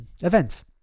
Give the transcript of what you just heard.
events